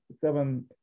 seven